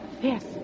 Yes